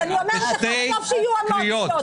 טוב שיהיו המון קריאות.